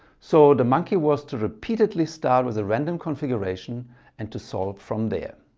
so the monkey was to repeatedly start with a random configuration and to solve from there.